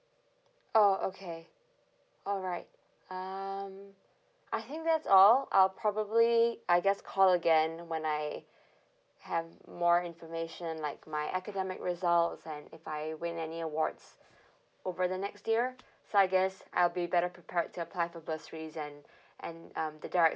oh okay alright um I think that's all I'll probably I guess call again when I have more information like my academic results and if I win any awards over the next year so I guess I'll be better prepared to apply for bursaries and and um the direct